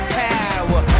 power